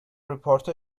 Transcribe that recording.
reporter